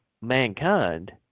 mankind